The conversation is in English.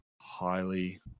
highly